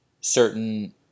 certain